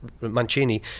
Mancini